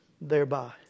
thereby